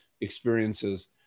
experiences